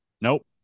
Nope